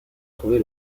trouver